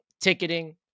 ticketing